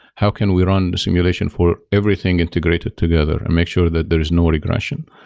how can we run the simulation for everything integrated together and make sure that there is no regression?